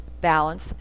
balance